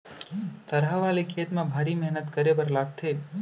थरहा वाले खेत म भारी मेहनत करे बर लागथे